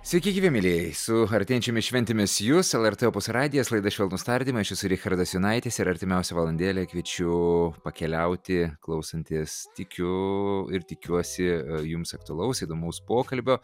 sveiki gyvi mielieji su artėjančiomis šventėmis jus lrt opus radijas laida švelnūs tardymai aš esu richardas jonaitis ir artimiausią valandėlę kviečiu pakeliauti klausantis tikiu ir tikiuosi jums aktualaus įdomaus pokalbio